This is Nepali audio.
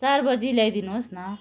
चार बजी ल्याइदिनुहोस् न